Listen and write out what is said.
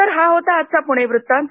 तर हा होता आजचा पुणे वृत्तांत